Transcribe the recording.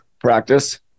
practice